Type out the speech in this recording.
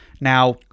Now